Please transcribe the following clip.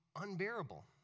unbearable